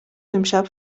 امشب